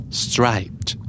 striped